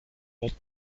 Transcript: ort